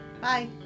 Bye